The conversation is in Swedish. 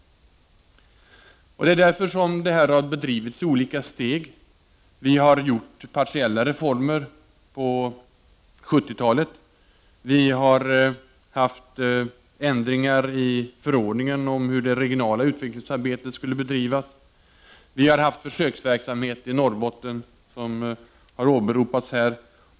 Därför har detta drivits i olika steg. Vi har gjort partiella reformer på 1970-talet. Vi har haft ändringar i förordningen om hur det regionala utvecklingsarbetet skall bedrivas. Vi har haft försöksverksamhet i Norrbotten, vilket har åberopats här.